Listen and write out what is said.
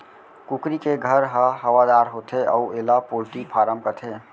कुकरी के घर ह हवादार होथे अउ एला पोल्टी फारम कथें